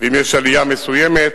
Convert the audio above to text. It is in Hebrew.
ואם יש עלייה מסוימת